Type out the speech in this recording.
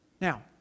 Now